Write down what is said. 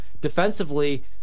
Defensively